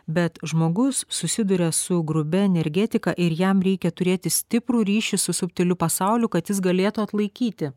bet žmogus susiduria su grubia energetika ir jam reikia turėti stiprų ryšį su subtiliu pasauliu kad jis galėtų atlaikyti